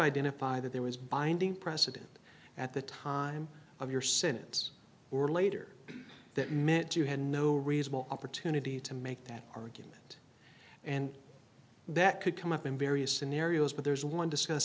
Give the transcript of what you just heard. identify that there was binding precedent at the time of your sentence or later that meant you had no reasonable opportunity to make that argument and that could come up in various scenarios but there's one discuss